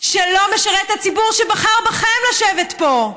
שלא משרת את הציבור שבחר בכם לשבת פה,